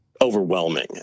overwhelming